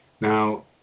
Now